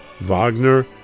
Wagner